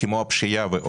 כמו הפשיעה.